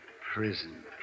Prison